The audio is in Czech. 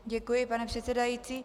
Děkuji, pane předsedající.